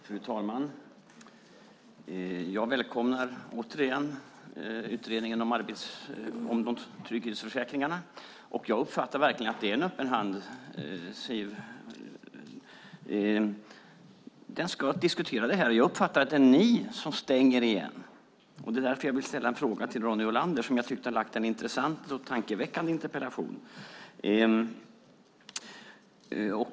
Fru talman! Jag välkomnar återigen utredningen om trygghetsförsäkringarna, och jag uppfattar verkligen att det är en öppen hand, Siw Wittgren-Ahl. Utredningen ska diskuteras, och jag uppfattar att det är ni som stänger igen. Det är därför jag vill ställa en fråga till Ronny Olander som jag tycker har ställt en intressant och tankeväckande interpellation.